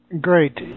Great